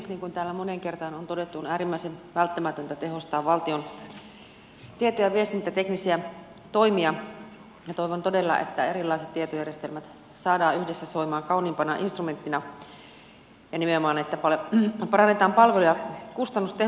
niin kuin täällä moneen kertaan on todettu on äärimmäisen välttämätöntä tehostaa valtion tieto ja viestintäteknisiä toimia ja toivon todella että erilaiset tietojärjestelmät saadaan yhdessä soimaan kauniimpana instrumenttina ja että nimenomaan parannetaan palveluja kustannustehokkaasti